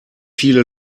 viele